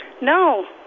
No